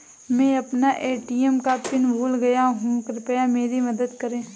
मैं अपना ए.टी.एम का पिन भूल गया हूं, कृपया मेरी मदद करें